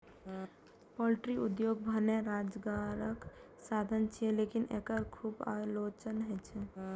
poultry उद्योग भने रोजगारक साधन छियै, लेकिन एकर खूब आलोचना होइ छै